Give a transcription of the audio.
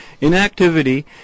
Inactivity